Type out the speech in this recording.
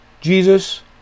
Jesus